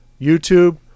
YouTube